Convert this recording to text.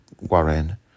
Warren